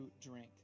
drink